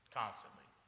constantly